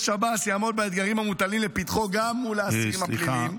ארגון השב"ס יעמוד באתגרים המוטלים לפתחו גם מול האסירים הפליליים.